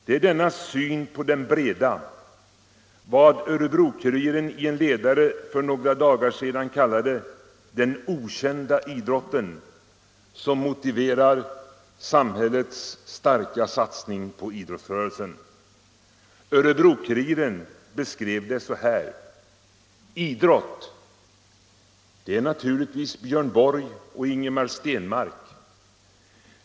Det är denna syn på den breda idrotten —- vad Örebro-Kuriren i en ledare för några dagar sedan kallade ”den okända idrotten” — som motiverar samhällets starka satsning på idrottsrörelsen. Örebro-Kuriren beskrev det så här: ”Idrott. Det är naturligtvis Björn Borg och Ingemar Stenmark.